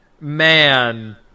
man